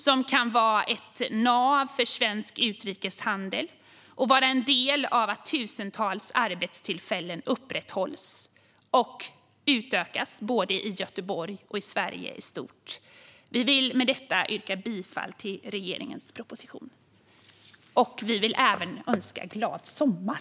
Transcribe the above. Den kan vara ett nav för svensk utrikeshandel och en del i att tusentals arbetstillfällen upprätthålls och utökas, både i Göteborg och i Sverige i stort. Vi vill med detta yrka bifall till regeringens proposition. Vi vill även önska glad sommar.